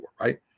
right